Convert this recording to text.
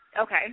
Okay